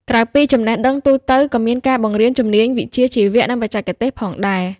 ក្រៅពីចំណេះដឹងទូទៅ ក៏មានការបង្រៀនជំនាញវិជ្ជាជីវៈ និងបច្ចេកទេសផងដែរ។